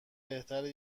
بهتره